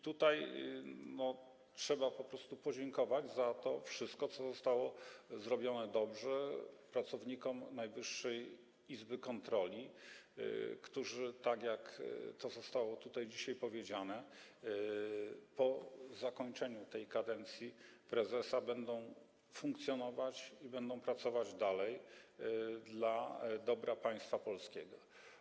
Trzeba po prostu podziękować za to wszystko, co zostało zrobione dobrze, pracownikom Najwyższej Izby Kontroli, którzy, jak to zostało dzisiaj powiedziane, po zakończeniu tej kadencji prezesa będą funkcjonować i będą pracować dalej dla dobra państwa polskiego.